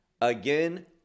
again